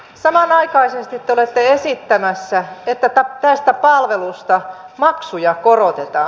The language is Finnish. samanaikaisesti te olette esittämässä että tästä palvelusta maksuja korotetaan